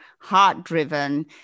heart-driven